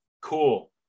cool